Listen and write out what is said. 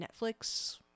Netflix